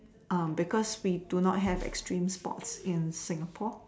uh because we do not have extreme sports in Singapore